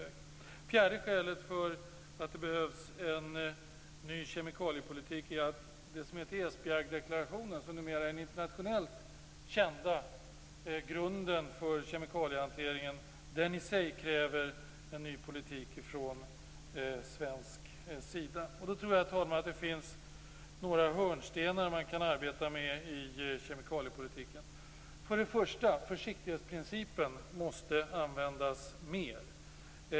Det fjärde skälet till att vi behöver en ny kemikaliepolitik är att det som heter Esbjergdeklarationen, som numera är den internationellt kända grunden för kemikaliehanteringen, i sig kräver en ny politik från svensk sida. Jag tror, herr talman, att det finns några hörnstenar man kan arbeta med i kemikaliepolitiken. För det första måste försiktighetsprincipen användas mer.